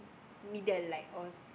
middle like all